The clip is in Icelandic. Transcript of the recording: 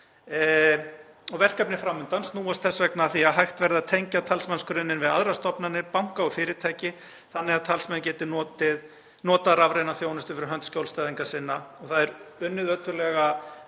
og verkefnið fram undan snýr þess vegna að því að hægt verði að tengja talsmannsgrunninn við aðrar stofnanir, banka og fyrirtæki þannig að talsmenn geti notað rafræna þjónustu fyrir hönd skjólstæðinga sinna. Það er unnið ötullega